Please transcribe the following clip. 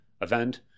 event